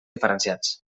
diferenciats